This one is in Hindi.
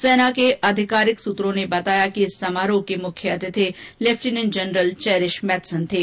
सेना के आधिकारिक सूत्रों ने बताया कि इस समारोह के मुख्य अतिथि लेफ्टिनेंट जनरल चैरिश मैथसन थे